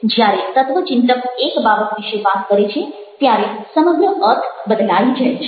જ્યારે તત્વચિંતક એક બાબત વિશે વાત કરે છે ત્યારે સમગ્ર અર્થ બદલાઈ જાય છે